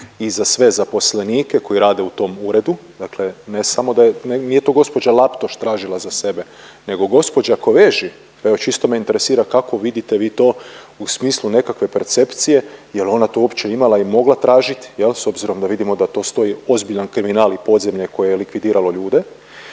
i za sve zaposlenike koji rade u tom uredu, dakle ne samo da je, nije to gospođa Laptoš tražila za sebe nego gospođa Kovesi. Evo čisto me interesira kako vidite vi to u smislu nekakve percepcije jel ona to uopće imala i mogla tražiti jel s obzirom da vidimo da to stoji ozbiljan kriminal i podzemlje koje je likvidiralo ljude.